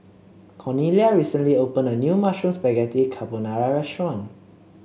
Cornelia recently opened a new Mushroom Spaghetti Carbonara Restaurant